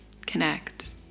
connect